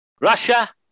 Russia